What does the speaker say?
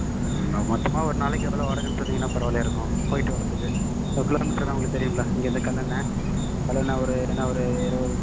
ந மொத்தமாக ஒரு நாளைக்கு எவ்வளோ வாடகைன்னு சொன்னிங்கனா பரவாயில்லையா இருக்கும் போய்விட்டு வர்றதுக்கு கிலோமீட்ரு தான் உங்களுக்கு தெரியும்ல இங்கேருந்து கல்லணை கல்லணை ஒரு என்ன ஒரு இருபது